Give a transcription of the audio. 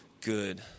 good